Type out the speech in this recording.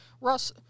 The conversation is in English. Russ